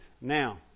now